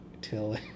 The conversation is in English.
till